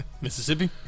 Mississippi